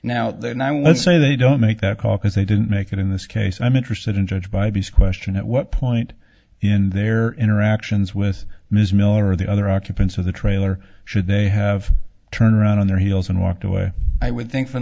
now there now let's say they don't make that call because they didn't make it in this case i'm interested in judge by beast question at what point in their interactions with ms miller or the other occupants of the trailer should they have turned around on their heels and walked away i would think f